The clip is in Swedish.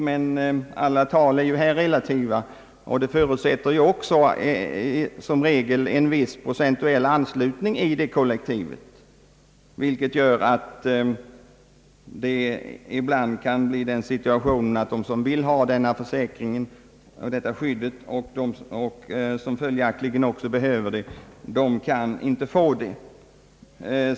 Men alla tal är ju här relativa, och förutsättningen är också som regel en viss procentuell anslutning i varje kollektiv, vilket innebär att det ibland kan bli på det sättet att de, som vill ha detta försäkringsskydd och som följaktligen behöver det, inte kan få det.